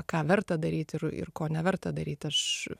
ką verta daryt ir ir ko neverta daryt aš